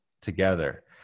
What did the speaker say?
together